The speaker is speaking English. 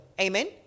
Amen